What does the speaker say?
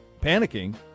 panicking